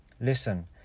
Listen